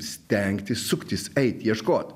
stengtis suktis eit ieškot